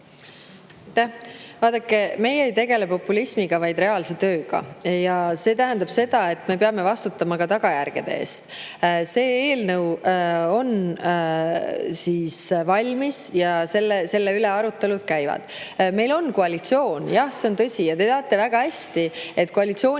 Vaadake, meie ei tegele populismiga, vaid reaalse tööga. See tähendab seda, et me peame vastutama ka tagajärgede eest. See eelnõu on valmis ja selle üle arutelud käivad. Meil on koalitsioon, jah, see on tõsi. Te teate väga hästi, et koalitsioonis